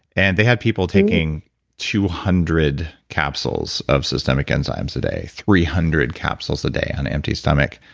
and they had people taking two hundred capsules of systemic enzymes a day, three hundred capsules a day on an empty stomach.